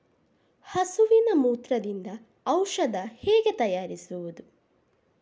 ಹಸುವಿನ ಮೂತ್ರದಿಂದ ಔಷಧ ಹೇಗೆ ತಯಾರಿಸುವುದು?